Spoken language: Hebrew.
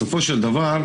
בסופו של דבר,